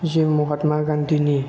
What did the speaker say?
जिउ महात्मा गान्धीनि